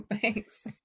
Thanks